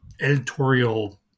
editorial